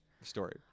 story